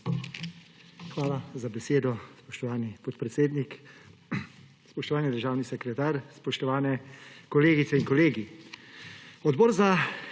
Hvala za besedo, spoštovani podpredsednik. Spoštovani državni sekretar, spoštovane kolegice in kolegi! Trenutno